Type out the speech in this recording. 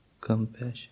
compassion